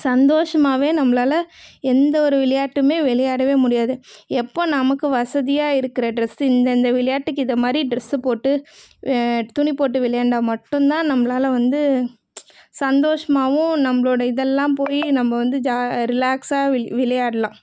சந்தோஷமாகவே நம்மளால எந்த ஒரு விளையாட்டுமே விளையாடவே முடியாது எப்போ நமக்கு வசதியாக இருக்கிற டிரஸ் இந்தந்த விளையாட்டுக்கு இதை மாதிரி டிரஸ் போட்டு துணி போட்டு விளையாண்டால் மட்டும்தான் நம்மளால் வந்து சந்தோஷமாகவும் நம்மளோட இதெல்லாம் போய் நம்ம வந்து ஜா ரிலாக்ஸாக விளை விளையாடலாம்